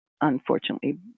unfortunately